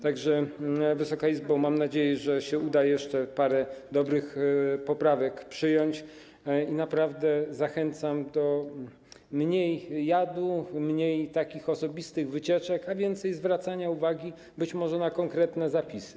Tak że, Wysoka Izbo, mam nadzieję, że uda się jeszcze parę dobrych poprawek przyjąć, i naprawdę zachęcam: mniej jadu, mniej takich osobistych wycieczek, a więcej zwracania uwagi być może na konkretne zapisy.